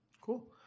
cool